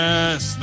Yes